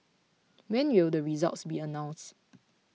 when will the results be announced